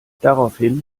daraufhin